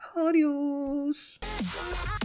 adios